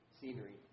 scenery